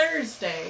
Thursday